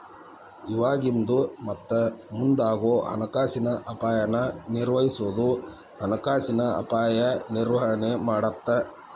ಇವಾಗಿಂದು ಮತ್ತ ಮುಂದಾಗೋ ಹಣಕಾಸಿನ ಅಪಾಯನ ನಿರ್ವಹಿಸೋದು ಹಣಕಾಸಿನ ಅಪಾಯ ನಿರ್ವಹಣೆ ಮಾಡತ್ತ